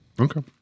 Okay